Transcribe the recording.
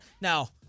Now